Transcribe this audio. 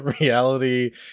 Reality